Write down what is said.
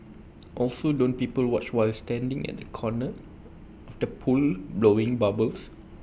also don't people watch while standing at the corner of the pool blowing bubbles